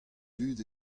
dud